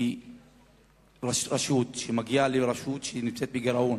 כי ראש רשות שמגיע לרשות שנמצאת בגירעון